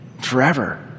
forever